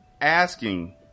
asking